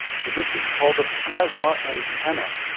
so this is called a plasma antenna.